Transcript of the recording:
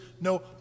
no